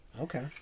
Okay